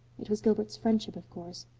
it was gilbert's friendship, of course.